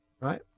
right